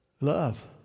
Love